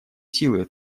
силы